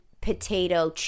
potato